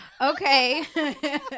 okay